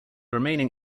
remaining